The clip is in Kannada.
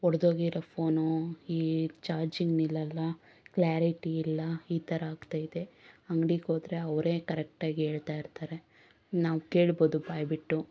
ಒಡೆದೋಗಿರೋ ಫೋನು ಈ ಚಾರ್ಜಿಂಗ್ ನಿಲ್ಲಲ್ಲ ಕ್ಲ್ಯಾರಿಟಿ ಇಲ್ಲ ಈ ಥರ ಆಗ್ತಾಯಿದೆ ಅಂಗಡಿಗೋದ್ರೆ ಅವರೇ ಕರೆಕ್ಟಾಗಿ ಹೇಳ್ತಾಯಿರ್ತಾರೆ ನಾವು ಕೇಳ್ಬೋದು ಬಾಯ್ಬಿಟ್ಟು